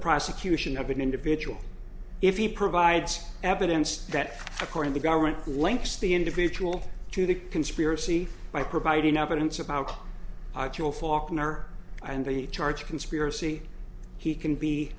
prosecution of an individual if he provides evidence that according to government links the individual to the conspiracy by providing evidence about her and the charge of conspiracy he can be